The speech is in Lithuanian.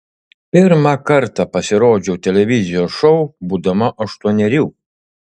pirmą kartą pasirodžiau televizijos šou būdama aštuonerių